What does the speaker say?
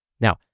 Now